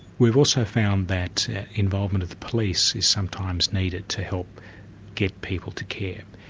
we've also found that involvement with the police is sometimes needed to help get people to care.